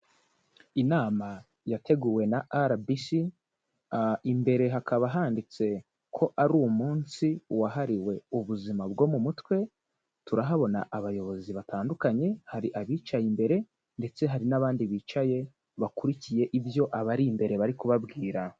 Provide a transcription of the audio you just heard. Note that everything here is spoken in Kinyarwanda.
Inama yateguwe na RBC, imbere hakaba handitse ko ari umunsi wahariwe ubuzima bwo mu mutwe, turahabona abayobozi batandukanye, hari abicaye imbere ndetse hari n'abandi bicaye bakurikiye ibyo abari imbere bari kubabwira.